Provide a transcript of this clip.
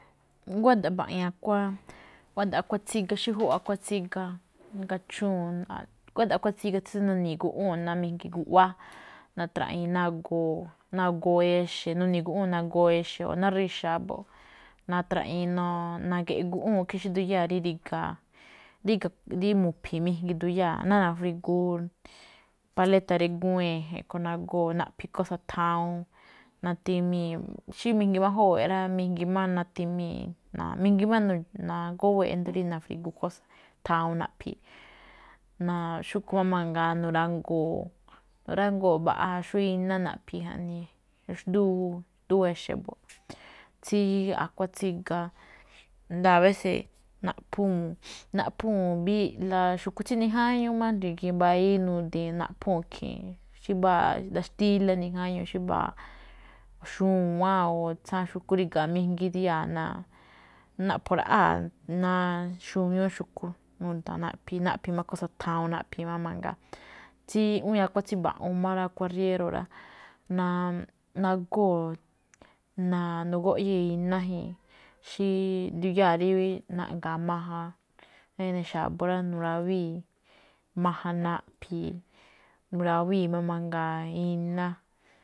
Nguáda̱ꞌ mbaꞌiin a̱kuáan, nguáda̱ꞌ a̱kuáan tsíga, xí júwa̱ꞌ a̱kuáan tsíga, gachúu̱n, nguáda̱ꞌ a̱kuáan tsíga tsí nune̱ guꞌwúu̱n ná guꞌwáá. Natraꞌiin ná agoo, ná agoo exe̱, nuni̱i̱ guꞌwúu̱n ná agoo exe̱, ná rixa̱á mbo̱ꞌ. Natraꞌiin na̱gi̱ꞌi̱i̱ guꞌwúu̱n, xí nduyáa̱ rí ri̱ga̱, ríga̱ mijngi rí mu̱phi̱i̱ nduyáa̱. Ná frigu paléta̱ drígu̱ún e̱je̱n, a̱ꞌkhue̱n nagóo̱ naꞌphi̱i̱ kósa̱ thawuun. Natimii̱n xí mijngi máꞌ júwe̱e̱ꞌ rá, mijngi máꞌ natimii̱, mijngi máꞌ nagowée̱ꞌ ído̱ rí nafrigu kósa̱, thawuun rí naꞌphi̱i̱. xúꞌkhue̱n máꞌ mangaa nurangoo̱, nurangoo̱, mbaꞌa xó iná naꞌphi̱i̱ jaꞌnii. Xndúu, xndúu e̱xe̱ mbo̱ꞌ, tsí a̱kuáan tsíga mbo̱ꞌ, tsí a̱kuáan tsíga, abeses, naꞌphu̱ún, naꞌphu̱ún mbíꞌla xu̱kú tsí nijáñúú máꞌ, dri̱gi̱i̱n mbayii nudi̱i̱n naꞌphúu̱n ikhii̱n, xí mbáa a̱ꞌdá xtílá nijáñuu, xí mbáa, xu̱wán o tsáa xu̱kú ri̱ga̱a̱ mijngi nduyáa̱ ná naꞌpho̱ ra̱ꞌáa̱ ná xubiúún xu̱kú, nuda̱a̱ naꞌphi̱i̱, naꞌphi̱i̱ máꞌ kósa̱ thawuun, naꞌphi̱i̱ má̱ mangaa. Tsí iꞌwíin a̱kuáan tsí mba̱ꞌu̱u̱n máꞌ rá, a̱kuáan riéro̱. nagóo̱ nagóꞌyée̱ iná ikhii̱n, xí ndiyáa̱ rí naꞌga̱a̱ majan, ene̱ xa̱bo̱, nurawíi̱ majan naꞌphi̱i̱. Nurawíi̱ máꞌ mangaa iná.